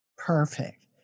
Perfect